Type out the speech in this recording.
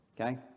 okay